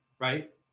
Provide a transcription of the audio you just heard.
right